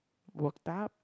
worked up